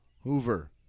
Hoover